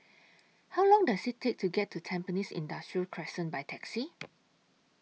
How Long Does IT Take to get to Tampines Industrial Crescent By Taxi